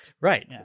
Right